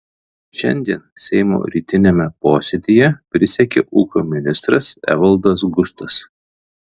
šiandien seimo rytiniame posėdyje prisiekė ūkio ministras evaldas gustas